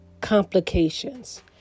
complications